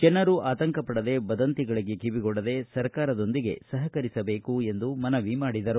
ಜನರು ಆತಂಕಪಡದೆ ವದಂತಿಗಳಿಗೆ ಕಿವಿಗೊಡದೆ ಸರ್ಕಾರದೊಂದಿಗೆ ಸಹಕರಿಸಬೇಕು ಎಂದು ಮನವಿ ಮಾಡಿದರು